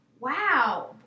Wow